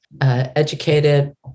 educated